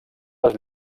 les